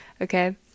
okay